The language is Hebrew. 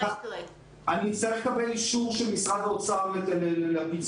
אני אצטרך לקבל אישור של משרד האוצר לפיצוי.